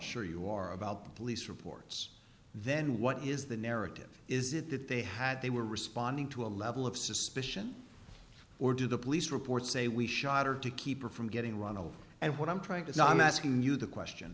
sure you are about the police reports then what is the narrative is it that they had they were responding to a level of suspicion or do the police report say we shot or to keep her from getting run over and what i'm trying to say i'm asking you the question